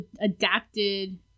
adapted